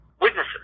witnesses